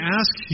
ask